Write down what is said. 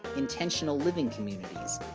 intentional living communities,